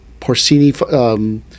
porcini